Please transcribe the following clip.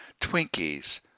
Twinkies